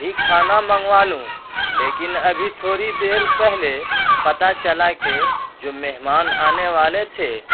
ہی کھانا منگوالوں لیکن ابھی تھوڑی دیر پہلے پتہ چلا کہ جو مہمان آنے والے تھے